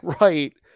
right